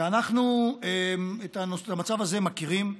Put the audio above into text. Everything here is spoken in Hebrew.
ואנחנו את המצב הזה מכירים,